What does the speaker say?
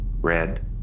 Red